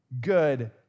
good